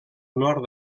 nord